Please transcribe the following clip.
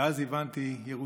ואז הבנתי: ירושלים.